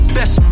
Best